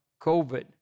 COVID